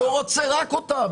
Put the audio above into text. אני לא רוצה רק אותן.